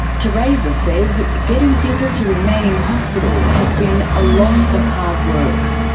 theresa says getting people to remain in hospital has been a lot of hard work.